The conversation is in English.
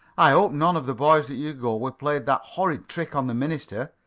i hope none of the boys that you go with played that horrid trick on the minister!